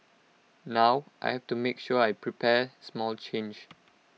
now I have to make sure I prepare small change